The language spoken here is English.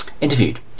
interviewed